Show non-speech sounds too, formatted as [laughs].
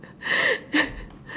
[laughs]